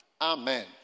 Amen